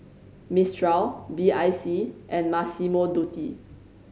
Mistral B I C and Massimo Dutti